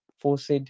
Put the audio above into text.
forced